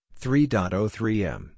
3.03M